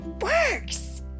works